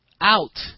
out